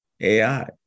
AI